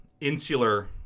insular